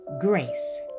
grace